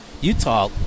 Utah